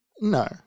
No